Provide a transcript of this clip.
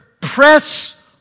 press